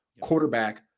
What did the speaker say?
quarterback